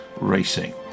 racing